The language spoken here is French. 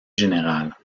général